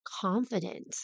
confident